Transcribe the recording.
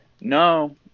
No